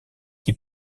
qui